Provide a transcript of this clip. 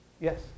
Yes